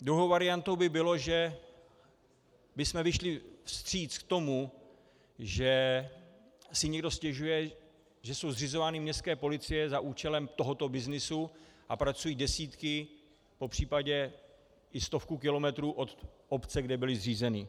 Druhou variantou by bylo, že bychom vyšli vstříc tomu, že si někdo stěžuje, že jsou zřizovány městské policie za účelem tohoto byznysu a pracují desítky, popř. i stovku, kilometrů od obce, kde byly zřízeny.